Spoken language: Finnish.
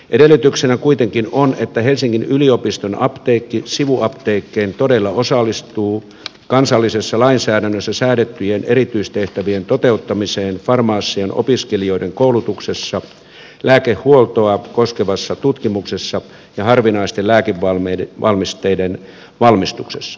edellytyksenä kuitenkin on että helsingin yliopiston apteekki sivuapteekkeineen todella osallistuu kansallisessa lainsäädännössä säädettyjen erityistehtävien toteuttamiseen farmasian opiskelijoiden koulutuksessa lääkehuoltoa koskevassa tutkimuksessa ja harvinaisten lääkevalmisteiden valmistuksessa